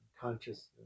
consciousness